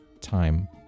time